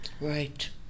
Right